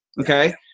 okay